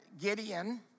Gideon